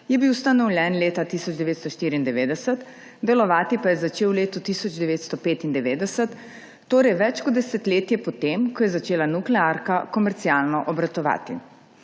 je bil ustanovljen leta 1994, delovati pa je začel v letu 1995, to je več kot desetletje po tem, ko je začela nuklearka komercialno obratovati.